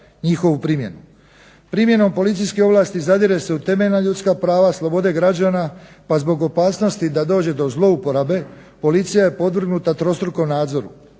njihovu primjenu. Primjenom policijskih ovlasti zadire se u temeljna ljudska prava, slobode građana pa zbog opasnosti da dođe do zlouporabe policija je podvrgnuta trostrukom nadzoru.